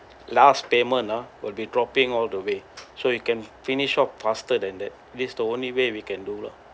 last payment ah will be dropping all the way so you can finish off faster than that that's the only way we can do lah